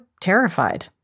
terrified